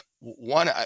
One